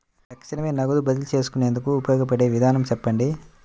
తక్షణమే నగదు బదిలీ చేసుకునేందుకు ఉపయోగపడే విధానము చెప్పండి?